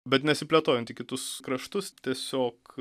bet nesiplėtojant į kitus kraštus tiesiog